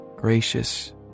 gracious